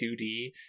2D